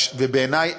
בעיני,